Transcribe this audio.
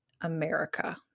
America